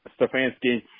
Stefanski